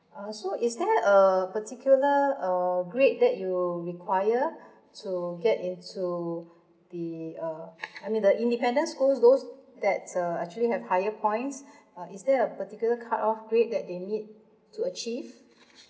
uh so is there a particular uh grade that you require to get into the uh I mean the independent school those that's uh actually have higher points uh is there a particular cut off grade that they need to achieve